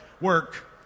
work